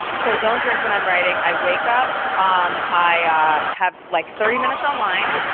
so i don't drink when i'm writing. i wake up, um i ah have like thirty minutes online.